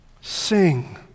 Sing